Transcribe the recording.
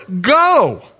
go